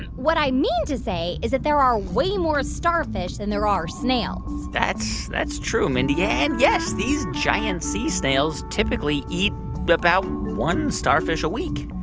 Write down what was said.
what i mean to say is that there are way more starfish than there are snails that's that's true, mindy. and yes. these giant sea snails typically eat about one starfish a week